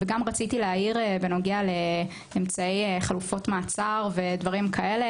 וגם רציתי להעיר בנוגע לאמצעי חלופות מעצר ודברים כאלה.